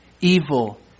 evil